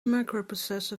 microprocessor